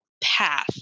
path